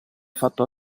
fatto